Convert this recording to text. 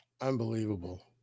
Unbelievable